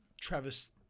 Travis